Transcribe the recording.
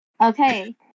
Okay